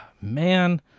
Man